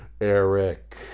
Eric